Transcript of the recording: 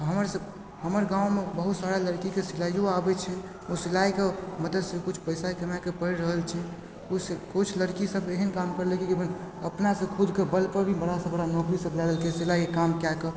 हमर सब हमर गाँवमे बहुत सारा लड़कीके सिलाइयो आबय छै ओ सिलाइके मदतिसँ किछु पैसा कमायके पढ़ि रहल छै किछु किछु लड़की सब एहन काम करलकइ कि अपनासँ खुदके बलपर भी बड़ासँ बड़ा नौकरी सब लए लेलकइ सिलाइके काम कएके